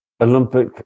Olympic